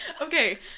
Okay